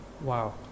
Wow